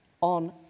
on